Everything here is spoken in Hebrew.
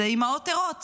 אלה אימהות ערות